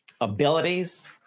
abilities